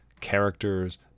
characters